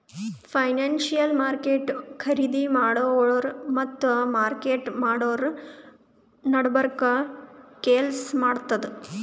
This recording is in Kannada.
ಫೈನಾನ್ಸಿಯಲ್ ಮಾರ್ಕೆಟ್ ಖರೀದಿ ಮಾಡೋರ್ ಮತ್ತ್ ಮಾರಾಟ್ ಮಾಡೋರ್ ನಡಬರ್ಕ್ ಕೆಲ್ಸ್ ಮಾಡ್ತದ್